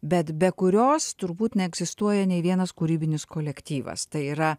bet be kurios turbūt neegzistuoja nei vienas kūrybinis kolektyvas tai yra